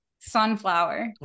sunflower